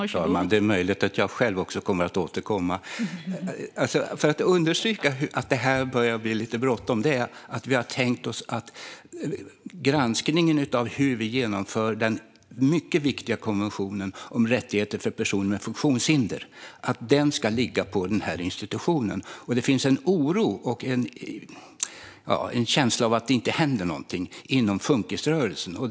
Fru talman! Det är möjligt att jag själv också kommer att återkomma när det gäller detta. För att understryka att det börjar bli lite bråttom kan nämnas att vi har tänkt oss att granskningen av hur vi genomför den mycket viktiga konventionen om rättigheter för personer med funktionshinder ska ligga på den här institutionen. Det finns en oro och en känsla av att det inte händer någonting inom funkisrörelsen.